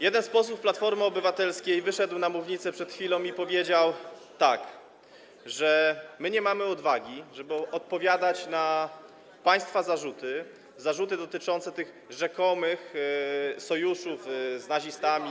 Jeden z posłów Platformy Obywatelskiej wyszedł przed chwilą na mównicę i powiedział, że my nie mamy odwagi, żeby odpowiadać na państwa zarzuty, zarzuty dotyczące tych rzekomych sojuszów z nazistami.